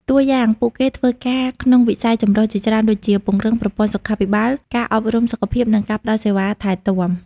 តួយ៉ាងពួកគេធ្វើការក្នុងវិស័យចម្រុះជាច្រើនដូចជា ពង្រឹងប្រព័ន្ធសុខាភិបាល ការអប់រំសុខភាព និងការផ្តល់សេវាថែទាំ។